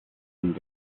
and